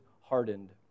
hardened